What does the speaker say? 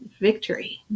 victory